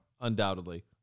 undoubtedly